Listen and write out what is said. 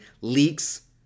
leaks